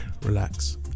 relax